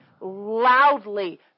loudly